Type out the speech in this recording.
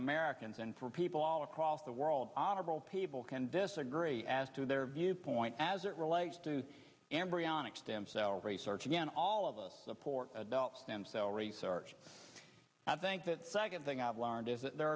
americans and for people all across the world honorable people can disagree as to their viewpoint as it relates to embryonic stem cell research again all of us support adult stem cell research i think that second thing i've learned is that there